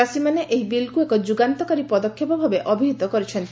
ଚାଷୀମାନେ ଏହି ବିଲକୁ ଏକ ଯୁଗାନ୍ତକାରୀ ପଦକ୍ଷେପ ଭାବେ ଅଭିହିତ କରିଛନ୍ତି